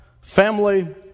family